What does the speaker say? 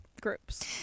groups